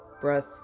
breath